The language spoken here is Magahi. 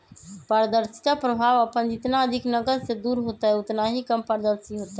पारदर्शिता प्रभाव अपन जितना अधिक नकद से दूर होतय उतना ही कम पारदर्शी होतय